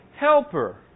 helper